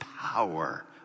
power